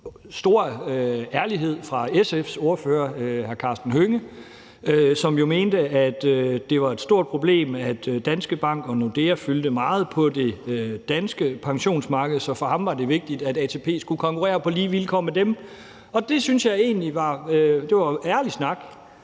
stor ærlighed fra SF's ordfører, hr. Karsten Hønge, som jo mente, at det var et stort problem, at Danske Bank og Nordea fyldte meget på det danske pensionsmarked. Så for ham var det vigtigt, at ATP skulle konkurrere på lige vilkår med dem. Det synes jeg egentlig var ærlig snak,